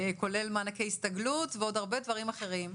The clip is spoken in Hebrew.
כולל מענקי הסתגלות ועוד הרבה דברים אחרים,